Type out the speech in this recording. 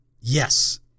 yes